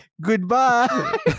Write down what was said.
Goodbye